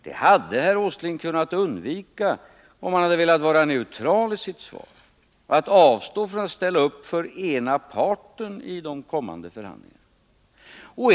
Det hade herr Åsling kunnat undvika om han velat vara neutral i sitt svar och avstå från att ställa upp för den ena parten i de kommande förhandlingarna.